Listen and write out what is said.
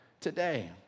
Today